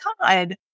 God